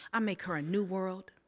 i make her a new world.